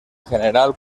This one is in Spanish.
general